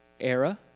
era